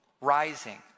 rising